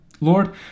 Lord